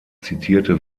zitierte